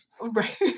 right